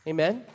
Amen